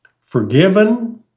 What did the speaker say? forgiven